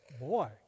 boy